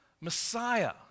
Messiah